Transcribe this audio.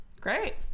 great